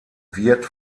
wird